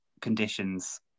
conditions